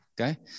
okay